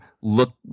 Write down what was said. look